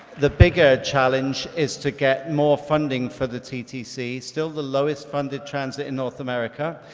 the bigger challenge is to get more funding for the ttc, still the lowest funded transit in north america.